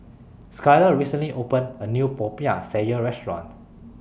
Skyla recently opened A New Popiah Sayur Restaurant